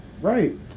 right